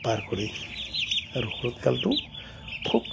পাৰ কৰে আৰু শৰৎ কালটো খুব